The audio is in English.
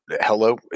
hello